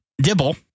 Dibble